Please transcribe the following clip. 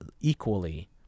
equally